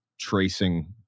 tracing